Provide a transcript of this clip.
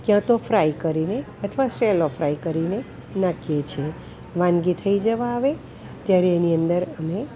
ક્યાંતો fry કરીને અથવા shallow fry કરીને નાખીએ છીએ વાનગી થઈ જવા માવે ત્યારે એની અંદર અમે